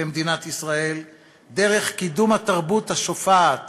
מדינת ישראל דרך קידום התרבות השופעת